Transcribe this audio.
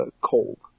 cold